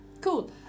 Cool